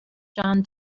john